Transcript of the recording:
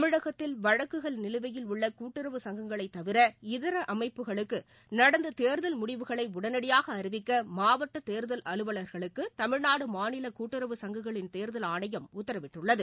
தமிழகத்தில் வழக்குகள் நிலுவையில் கவிர இதர அமைப்புகளுக்குநடந்ததேர்தல் முடிவுகளைஉடனடியாகஅறிவிக்கமாவட்டதேர்தல் அலுவலர்களுக்குதமிழ்நாடுமாநிலகூட்டுறவு சங்கங்களின் தேர்தல் ஆணையம் உத்தரவிட்டுள்ளது